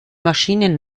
maschine